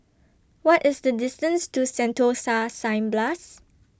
What IS The distance to Sentosa Cineblast